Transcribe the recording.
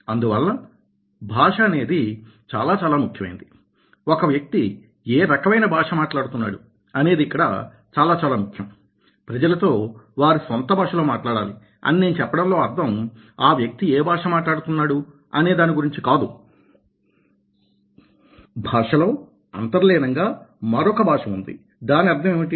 అందువలన భాష అనేది చాలా చాలా ముఖ్యమైనది ఒక వ్యక్తి ఏ రకమైన భాష మాట్లాడుతున్నాడు అనేది ఇక్కడ చాలా చాలా ముఖ్యం ప్రజలతో వారి సొంత భాషలో మాట్లాడాలి అని నేను చెప్పడంలో అర్థం ఆ వ్యక్తి ఏ భాష మాట్లాడుతున్నాడు అనేదాని గురించి కాదు భాషలో అంతర్లీనంగా మరొక భాష ఉంది దాని అర్థం ఏమిటి